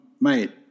Mate